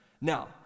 Now